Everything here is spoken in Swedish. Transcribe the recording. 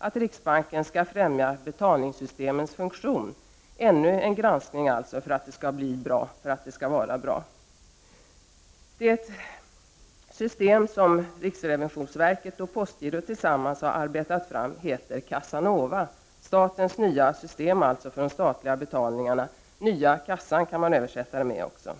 att riksbanken skall främja betalningssystemens funktion — således ännu en granskning för att det hela skall fungera bra. Det system som riksrevisionsverket och postgirot tillsammans har arbetat fram heter Cassa Nova, vilket kan översättas med ”nya kassan”, som är ett uttryck för statens nya system för de statliga betalningarna.